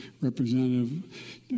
Representative